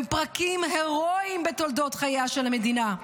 פרקים הירואיים בתולדות חייה של המדינה.